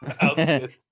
outfit